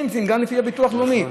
גם לפי הביטוח הלאומי.